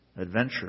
adventure